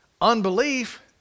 unbelief